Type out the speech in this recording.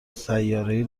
سیارهای